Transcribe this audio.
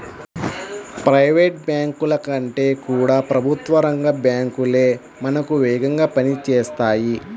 private బ్యాంకుల కంటే కూడా ప్రభుత్వ రంగ బ్యాంకు లే మనకు వేగంగా పని చేస్తాయి